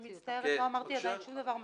אני עדיין לא אמרתי שום דבר מסעיר.